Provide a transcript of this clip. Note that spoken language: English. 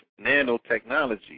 nanotechnology